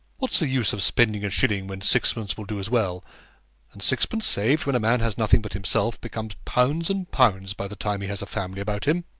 what's the use of spending a shilling when sixpence will do as well and sixpence saved when a man has nothing but himself, becomes pounds and pounds by the time he has a family about him.